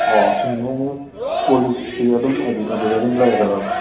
ꯑꯣ ꯁꯤꯅ ꯑꯃꯨꯛ ꯀꯣꯜꯂꯤꯛꯁꯨ ꯑꯗꯨꯝ ꯍꯥꯏꯗꯤ ꯑꯗꯨꯗ ꯑꯗꯨꯝ ꯂꯩꯔꯗꯔꯕ